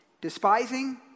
despising